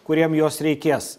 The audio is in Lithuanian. kuriem jos reikės